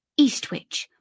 Eastwich